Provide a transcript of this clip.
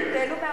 תיהנו מהרכבת.